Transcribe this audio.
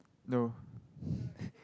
no